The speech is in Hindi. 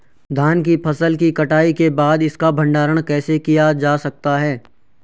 धान की फसल की कटाई के बाद इसका भंडारण कैसे किया जा सकता है?